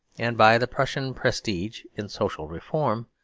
and, by the prussian prestige in social reform,